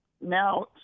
Now